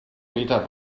meter